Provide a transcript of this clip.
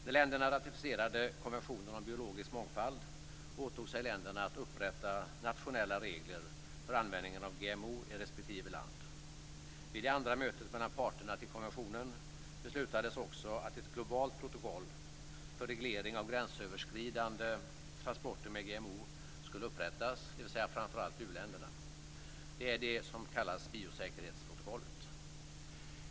När länderna ratificerade konventionen om biologisk mångfald åtog länderna sig att upprätta nationella regler för användningen av GMO i respektive land. Vid det andra mötet mellan parterna i fråga om konventionen beslutades det också att ett globalt protokoll för reglering av gränsöverskridande transporter med GMO skulle upprättas - det gäller framför allt u-länderna. Det är det som kallas biosäkerhetsprotokollet.